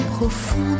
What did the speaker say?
profonde